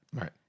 Right